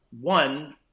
one